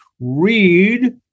read